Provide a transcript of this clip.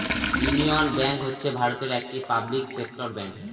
union Bank হচ্ছে ভারতের একটি পাবলিক সেক্টর ব্যাঙ্ক